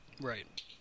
Right